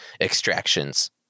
extractions